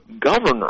governor